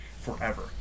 forever